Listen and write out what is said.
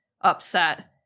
upset